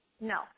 No